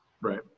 right